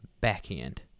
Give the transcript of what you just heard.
backhand